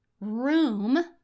Room